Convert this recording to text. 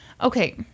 Okay